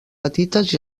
petites